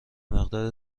مقدار